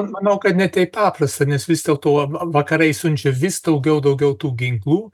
manau kad ne taip paprasta nes vis dėlto vakarai siunčia vis daugiau daugiau tų ginklų